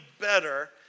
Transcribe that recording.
better